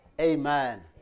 Amen